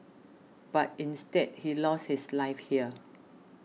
but instead he lost his life here